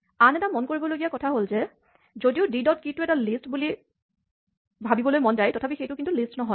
আন এটা মন কৰিবলগীয়া কথা হ'ল যে যদিও ডি ডট কী টো এটা লিষ্ট বুলি ভাৱিবলৈ মন যায় তথাপি সেইটো কিন্তু লিষ্ট নহয়